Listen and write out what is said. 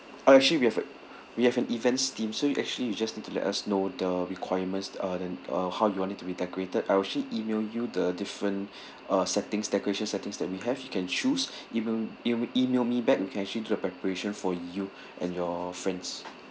oh actually we have a we have an events team so you actually you just need to let us know the requirements uh and uh how you want it to be decorated I'll actually email you the different uh settings decoration settings that we have you can choose even you email me back we can actually do the preparation for you and your friends